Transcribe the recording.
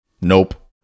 Nope